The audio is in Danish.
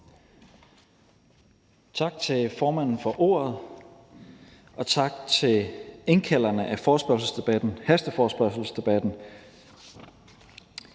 til formanden, og tak til indkalderne af hasteforespørgselsdebatten.